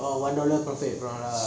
oh one dollar profit ah